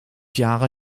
jahre